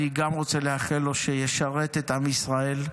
אני גם רוצה לאחל לו שישרת את עם ישראל,